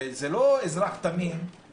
הדיון כאן הוא על ב2.